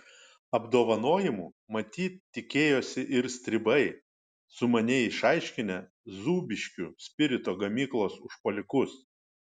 apdovanojimų matyt tikėjosi ir stribai sumaniai išaiškinę zūbiškių spirito gamyklos užpuolikus